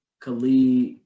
Khalid